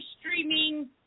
streaming